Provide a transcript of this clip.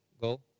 go